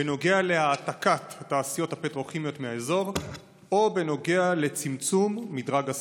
בנוגע להעתקת התעשיות הפטרוכימיות מהאזור או בנוגע לצמצום מדרג הסיכון.